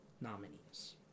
nominees